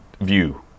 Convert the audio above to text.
view